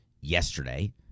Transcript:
yesterday